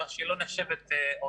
כך שהיא לא נחשבת עוטף,